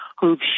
who've